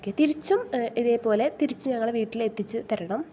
തിരിച്ചും ഇതേപോലെ തിരിച്ച് ഞങ്ങളെ വീട്ടിൽ എത്തിച്ച് തരണം